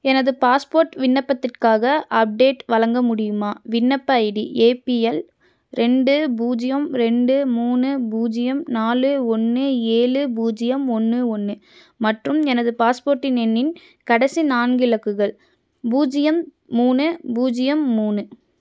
எனது பாஸ்போர்ட் விண்ணப்பத்திற்காக அப்டேட் வழங்க முடியுமா விண்ணப்ப ஐடி ஏபிஎல் ரெண்டு பூஜ்ஜியம் ரெண்டு மூணு பூஜ்ஜியம் நாலு ஒன்று ஏழு பூஜ்ஜியம் ஒன்று ஒன்று மற்றும் எனது பாஸ்போர்ட்டின் எண்ணின் கடைசி நான்கு இலக்குகள் பூஜ்ஜியம் மூணு பூஜ்ஜியம் மூணு